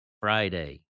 Friday